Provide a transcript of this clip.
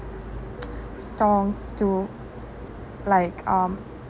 songs to like um